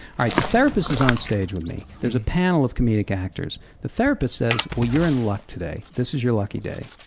alright, the therapist is on stage with me, there is a panel of comedic actors. the therapist says, you're in luck today, this is your lucky day,